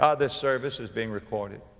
ah this service is being recorded.